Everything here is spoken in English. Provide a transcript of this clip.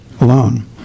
alone